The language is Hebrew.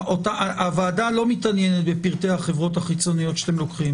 הוועדה לא מתעניינת בפרטי החברות החיצוניות שאתם לוקחים